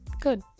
good